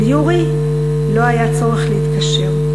אל יורי לא היה צורך להתקשר.